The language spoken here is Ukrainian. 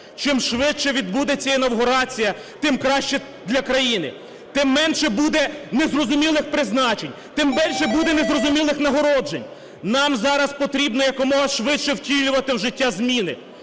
чим швидше відбудеться інавгурація, тим краще для країни, тим менше буде незрозумілих призначень, тим менше буде незрозумілих нагороджень. Нам зараз потрібно якомога швидше втілювати в життя зміни.